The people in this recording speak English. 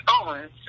phones